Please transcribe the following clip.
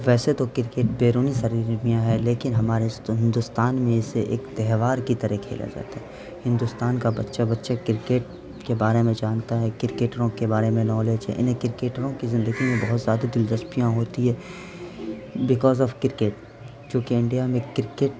ویسے تو کرکٹ بیرونی سرگرمیاں ہیں لیکن ہمارے اس ہندوستان میں اسے ایک تہوار کی طرح کھیلا جاتا ہے ہندوستان کا بچہ بچہ کرکٹ کے بارے میں جانتا ہے کرکٹروں کے بارے میں نالج ہے انہیں کرکٹروں کی زندگی میں بہت زیادہ دلچسپیاں ہوتی ہیں بیکاز آف کرکٹ کیوں کہ انڈیا میں کرکٹ